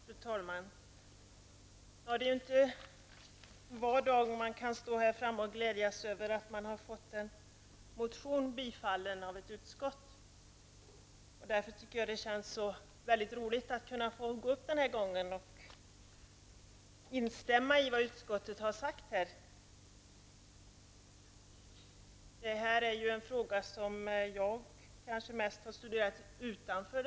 Fru talman! Det är inte var dag man kan stå här framme och glädja sig över att ha fått en motion tillstyrkt av ett utskott. Därför tycker jag att det känns så roligt att kunna gå upp i talarstolen den här gången och instämma i det som utskottet har sagt. Detta är en fråga som jag mest har studerat utifrån.